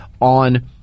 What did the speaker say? on